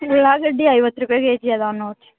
ಉಳ್ಳಾಗಡ್ಡೆ ಐವತ್ತು ರೂಪಾಯಿ ಕೆ ಜಿ ಅದಾವೆ ನೋಡಿ